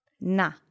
Na